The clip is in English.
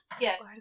yes